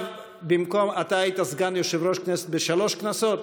אתה היית סגן יושב-ראש כנסת בשלוש כנסות,